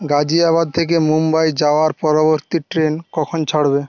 গাজিয়াবাদ থেকে মুম্বাই যাওয়ার পরবর্তী ট্রেন কখন ছাড়বে